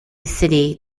city